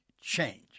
change